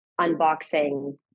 unboxing